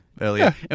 earlier